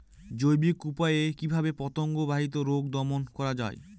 জৈবিক উপায়ে কিভাবে পতঙ্গ বাহিত রোগ দমন করা যায়?